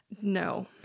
no